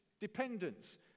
Dependence